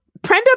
Prenda